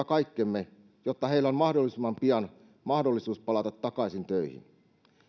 kaikkemme jotta heillä on mahdollisimman pian mahdollisuus palata takaisin töihin